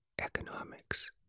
economics